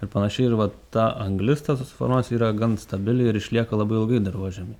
ir panašiai ir vat ta anglis ta susiformavus yra gan stabili ir išlieka labai ilgai dirvožemy